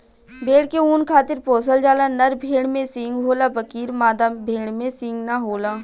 भेड़ के ऊँन खातिर पोसल जाला, नर भेड़ में सींग होला बकीर मादा भेड़ में सींग ना होला